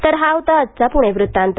तर हा होता आजचा पुणे वृत्तांत